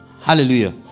Hallelujah